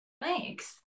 Thanks